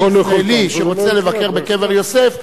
כישראלי שרוצה לבקר בקבר יוסף,